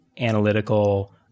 analytical